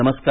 नमस्कार